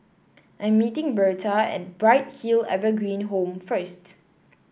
I'm meeting Bertha at Bright Hill Evergreen Home first